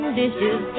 dishes